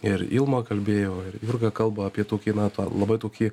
ir ilma kalbėjo jurga kalba apie tokį na tą labai tokį